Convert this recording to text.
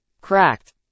cracked